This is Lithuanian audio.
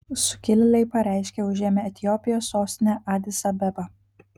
sukilėliai pareiškė užėmę etiopijos sostinę adis abebą